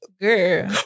girl